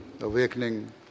awakening